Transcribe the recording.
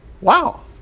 Wow